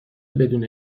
بدون